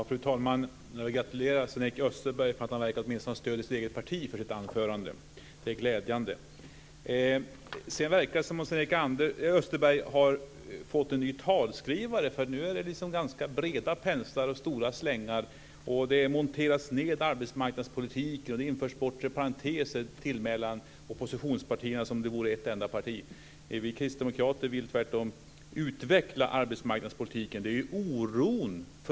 Fru talman! Jag vill gratulera Sven-Erik Österberg till att han åtminstone verkar ha stöd i sitt eget parti för sitt anförande. Det är glädjande. Det verkar som om Sven-Erik Österberg har fått en ny talskrivare. Nu är de ganska breda penseldrag och stora slängar. Det monteras ned arbetsmarknadspolitik, och det införs bortre parenteser. Detta tillmäter han oppositionspartierna, som om de vore ett enda parti. Vi kristdemokrater vill tvärtom utveckla arbetsmarknadspolitiken.